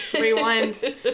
Rewind